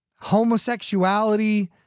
homosexuality